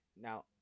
Now